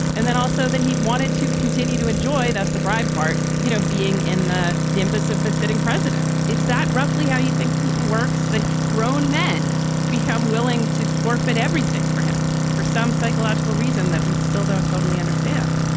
and then also that he wanted to continue to enjoy. that's the bribe part you know being in the depths of the sitting president is that roughly how you think putin works that grown men become willing to forfeit everything for him for some psychological reason that we still don't totally understand.